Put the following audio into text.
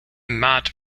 mat